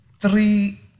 three